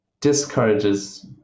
discourages